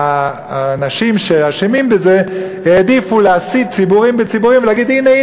האנשים שאשמים בזה העדיפו להסית ציבור בציבור ולהגיד: הנה,